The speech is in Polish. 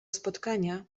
spotkania